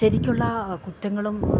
ശരിക്കുള്ള കുറ്റങ്ങളും